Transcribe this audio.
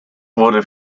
wurde